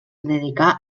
dedicà